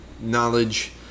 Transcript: knowledge